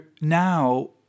now